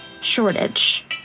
shortage